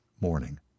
morning